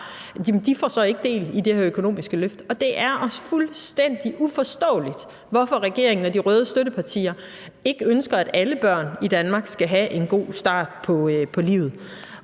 ikke får del i det her økonomiske løft. Det er os fuldstændig uforståeligt, hvorfor regeringen og de røde støttepartier ikke ønsker, at alle børn i Danmark skal have en god start på livet.